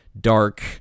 dark